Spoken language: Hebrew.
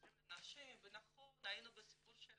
נותנים לנשים, ונכון היינו בסיפור של